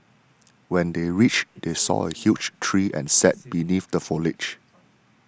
when they reached they saw a huge tree and sat beneath the foliage